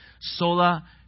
sola